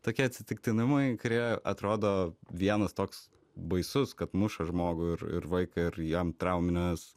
tokie atsitiktinumai kurie atrodo vienas toks baisus kad muša žmogų ir ir vaiką ir jam traumines